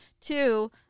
two